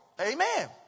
amen